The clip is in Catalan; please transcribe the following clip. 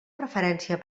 preferència